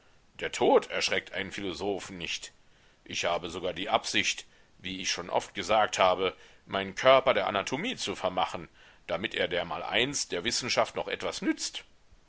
der tod erschreckt einen philosophen nicht ich habe sogar die absicht wie ich schon oft gesagt habe meinen körper der anatomie zu vermachen damit er dermaleinst der wissenschaft noch etwas nützt